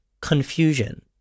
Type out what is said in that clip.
confusion